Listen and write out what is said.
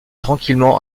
tranquillement